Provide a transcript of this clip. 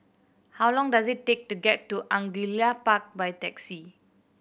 how long does it take to get to Angullia Park by taxi